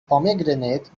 pomegranate